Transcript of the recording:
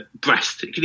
breast